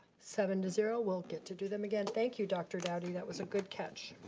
seven to zero. we'll get to do them again. thank you dr. dowdy. that was a good catch.